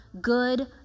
good